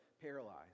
paralyzed